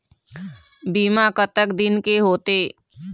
बीमा कतक दिन के होते?